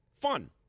fun